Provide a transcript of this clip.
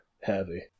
heavy